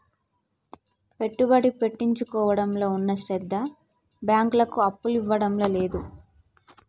పెట్టుబడి పెట్టించుకోవడంలో ఉన్న శ్రద్ద బాంకులకు అప్పులియ్యడంల లేదు